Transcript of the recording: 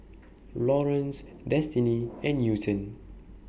Lawrence Destini and Newton